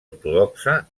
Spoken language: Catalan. ortodoxa